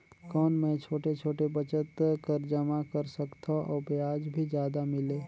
कौन मै छोटे छोटे बचत कर जमा कर सकथव अउ ब्याज भी जादा मिले?